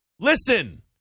Listen